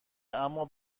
اما